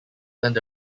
earned